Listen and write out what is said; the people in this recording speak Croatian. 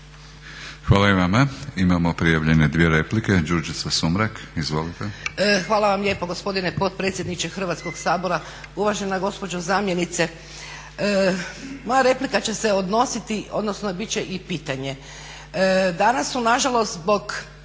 Hvala i vama. Imamo prijavljene dvije replike. Đurđica Sumrak, izvolite.